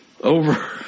over